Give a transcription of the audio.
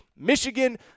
Michigan